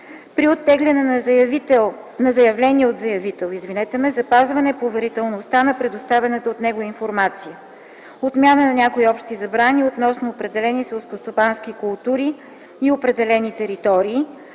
при оттегляне на заявление от заявител – запазване поверителността на предоставената от него информация; - отмяна на някои общи забрани относно определени селскостопански култури и определени територии;